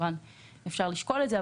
כמובן אפשר לשקול את זה,